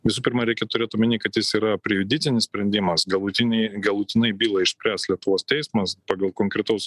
visų pirma reikia turėt omeny kad jis yra prejudicinis sprendimas galutiniai galutinai bylą išspręs lietuvos teismas pagal konkretaus